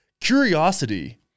curiosity